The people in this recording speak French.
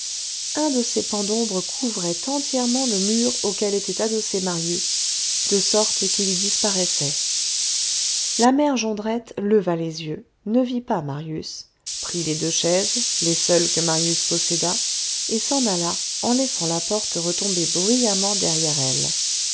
un de ces pans d'ombre couvrait entièrement le mur auquel était adossé marius de sorte qu'il y disparaissait la mère jondrette leva les yeux ne vit pas marius prit les deux chaises les seules que marius possédât et s'en alla en laissant la porte retomber bruyamment derrière elle